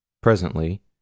Presently